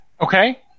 Okay